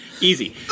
Easy